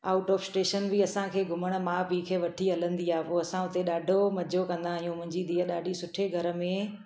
out of station बि असांखे घुमणु माउ पीउ खे वठी हलंदी आहे पोइ असां हुते ॾाढो मज़ो कंदा आहियूं मुंहिंजी धीउ ॾाढी सुठे घर में